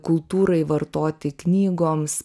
kultūrai vartoti knygoms